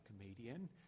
comedian